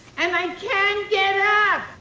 and i can't yeah